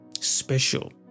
special